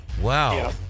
Wow